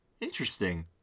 Interesting